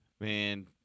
Man